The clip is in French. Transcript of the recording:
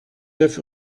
neuf